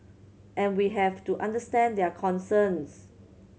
and we have to understand their concerns